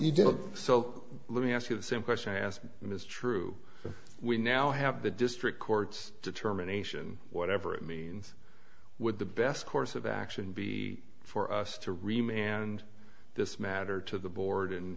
you do so let me ask you the same question i asked him is true we now have the district courts determination whatever it means would the best course of action be for us to remain and this matter to the board and